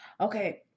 Okay